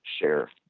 share